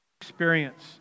experience